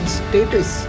status